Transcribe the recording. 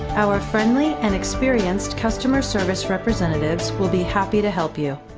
our friendly and experienced customer service representatives will be happy to help you.